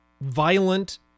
violent